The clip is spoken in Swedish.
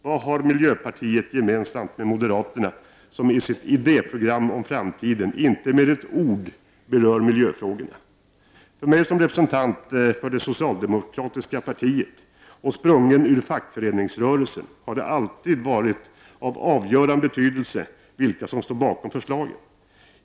Vad har miljöpartiet gemensamt med moderaterna, som i sitt idéprogram om framtiden inte med ett ord berör miljöfrågorna? För mig som representant för det socialdemokratiska partiet och sprungen ur fackföreningsrörelsen har det varit av avgörande betydelse vilka som står bakom förslagen.